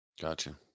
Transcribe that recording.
gotcha